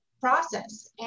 process